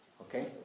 Okay